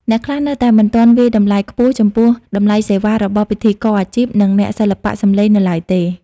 អ្នកខ្លះនៅតែមិនទាន់វាយតម្លៃខ្ពស់ចំពោះ តម្លៃសេវា របស់ពិធីករអាជីព និងអ្នកសិល្បៈសំឡេងនៅឡើយទេ។